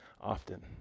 often